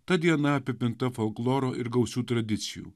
ta diena apipinta folkloro ir gausių tradicijų